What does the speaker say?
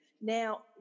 now